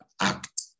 act